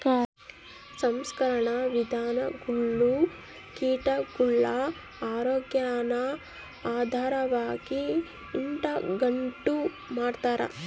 ಸಂಸ್ಕರಣಾ ವಿಧಾನಗುಳು ಕೀಟಗುಳ ಆರೋಗ್ಯಾನ ಆಧಾರವಾಗಿ ಇಟಗಂಡು ಮಾಡ್ತಾರ